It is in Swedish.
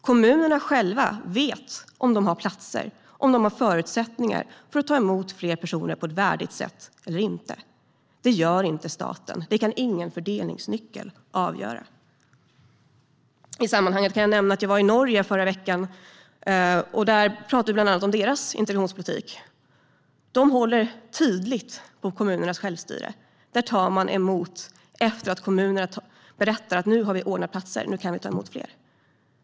Kommunerna själva vet om de har platser och om de har förutsättningar för att ta emot fler personer på ett värdigt sätt eller inte. Det gör inte staten. Det kan ingen fördelningsnyckel avgöra. I sammanhanget kan jag nämna att jag var i Norge förra veckan. Där pratade vi bland annat om deras integrationspolitik. De håller tydligt på kommunernas självstyre. Där tar kommunerna emot människor efter att de berättat att de har ordnat platser och kan ta emot fler.